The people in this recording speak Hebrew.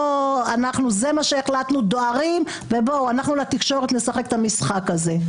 זה מה שהחלטנו ודוהרים ובתקשורת נשחק את המשחק הזה.